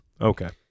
Okay